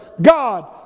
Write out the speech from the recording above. God